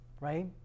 right